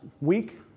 week